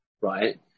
right